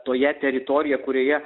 toje teritorijoje kurioje